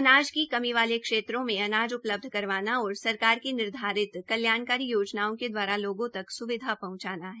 अनाज की कमी वाले क्षेत्रों में अनाज उपलब्ध करवाना और सरकार की निर्धारित कल्याणकारी योजनाओं के द्वारा लोगों तक सुविधा पहंचाना है